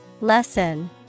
Lesson